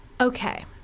okay